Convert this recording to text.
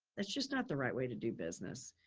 that's just not the right way to do business.